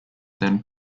then